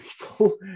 people